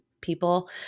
people